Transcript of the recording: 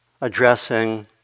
addressing